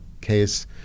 case